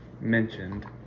Mentioned